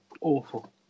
Awful